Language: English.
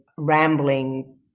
rambling